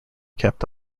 kept